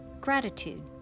gratitude